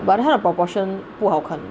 but this one the proportion 不好看